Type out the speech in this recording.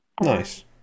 Nice